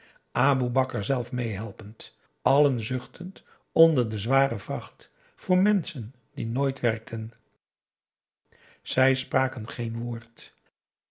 aboe bakar zelf meehelpend allen zuchtend onder de zware vracht voor menschen die nooit werkten zij spraken geen woord